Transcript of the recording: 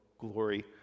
glory